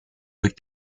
with